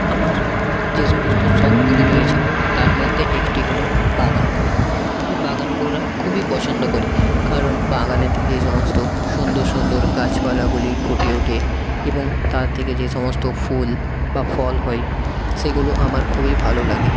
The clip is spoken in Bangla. আমার যে সমস্ত শখগুলি রয়েছে তার মধ্যে একটি হলো বাগান করা আমি বাগান করা খুবই পছন্দ করি কারণ বাগানেতে যে সমস্ত সুন্দর সুন্দর গাছপালাগুলি ফুটে ওঠে এবং তা থেকে যে সমস্ত ফুল বা ফল হয় সেগুলো আমার খুবই ভালো লাগে